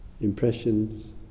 Impressions